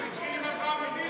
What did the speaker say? הוא התחיל עם אברהם אבינו,